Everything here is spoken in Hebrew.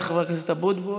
את חבר הכנסת אבוטבול,